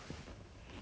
err basic